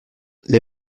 les